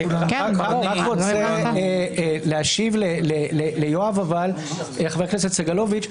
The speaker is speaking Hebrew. אני רק רוצה להשיב לחבר הכנסת סגלוביץ',